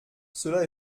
cela